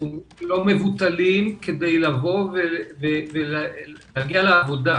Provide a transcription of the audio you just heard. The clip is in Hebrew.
סכומים לא מבוטלים כדי לבוא ולהגיע לעבודה.